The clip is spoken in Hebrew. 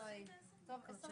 יש פה שני